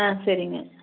ஆ சரிங்க